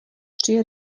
tři